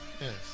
Yes